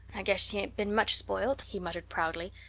i guess she ain't been much spoiled, he muttered, proudly.